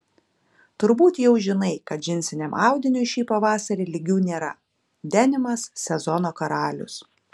turbūt jau žinai kad džinsiniam audiniui šį pavasarį lygių nėra denimas sezono karalius